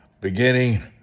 beginning